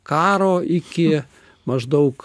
karo iki maždaug